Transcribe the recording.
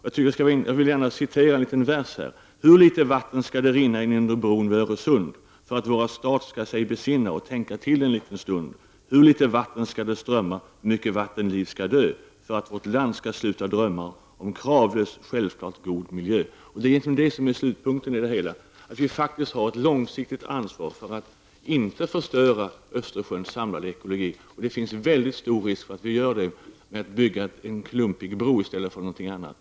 Jag vill gärna återge en liten vers: för att våran stat skall sig besinna och tänka till en liten stund? hur mycket vattenliv skall dö för att vårt land skall sluta drömma om kravlöst självklart god miljö?'' Slutpunkten i det hela är att vi faktiskt har ett långsiktigt ansvar för att inte förstöra Östersjöns samlade ekologi. Det finns stor risk för att vi gör det genom att bygga en klumpig bro i stället för någonting annat.